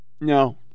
No